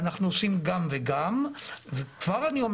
כמו ד"ר יהלומה גת, אני רוצה לומר